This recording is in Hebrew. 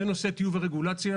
זה נושא טיוב הרגולציה.